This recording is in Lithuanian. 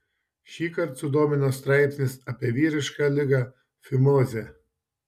šįkart sudomino straipsnis apie vyrišką ligą fimozę